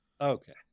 Okay